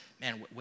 Man